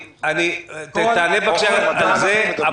תענה, בבקשה, על זה.